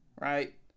right